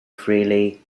freely